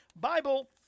Bible